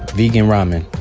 vegan ramen.